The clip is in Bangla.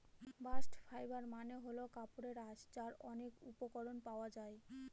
বাস্ট ফাইবার মানে হল কাপড়ের আঁশ যার অনেক উপকরণ পাওয়া যায়